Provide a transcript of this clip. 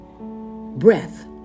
breath